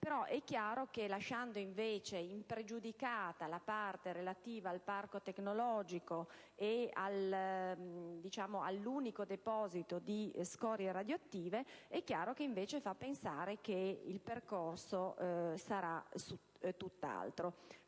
però, è chiaro che, lasciando impregiudicata la parte relativa al parco tecnologico e all'unico deposito di scorie radioattive, faccia pensare che il percorso sarà tutt'altro.